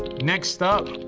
next up,